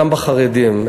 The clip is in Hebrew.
גם אצל חרדים,